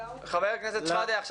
לא רע לעשות